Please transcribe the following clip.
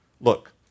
Look